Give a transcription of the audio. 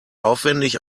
aufwendig